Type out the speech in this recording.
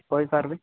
କହି ପାରିବେ